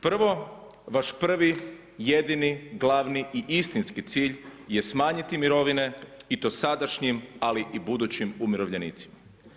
Prvo, vaš prvi, jedini, glavni i istinski cilj je smanjiti mirovine i to sadašnjim ali i budućim umirovljenicima.